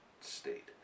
state